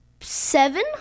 Seven